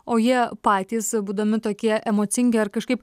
o jie patys būdami tokie emocingi ar kažkaip